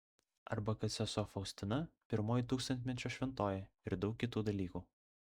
arba kad sesuo faustina pirmoji tūkstantmečio šventoji ir daug kitų dalykų